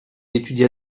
étudia